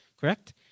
correct